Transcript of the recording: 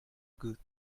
good